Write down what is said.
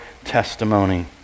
testimony